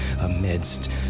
amidst